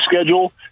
schedule